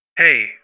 Hey